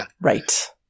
Right